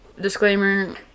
disclaimer